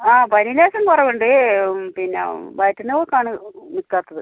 ആ പനി ലേശം കുറവുണ്ട് പിന്നെ വയറ്റിൽ നിന്ന് പോക്കാണ് നിൽക്കാത്തത്